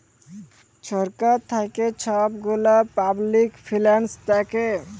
ছরকার থ্যাইকে ছব গুলা পাবলিক ফিল্যাল্স দ্যাখে